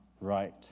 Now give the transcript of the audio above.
right